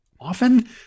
often